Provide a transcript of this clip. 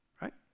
right